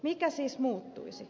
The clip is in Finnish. mikä siis muuttuisi